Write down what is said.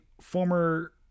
former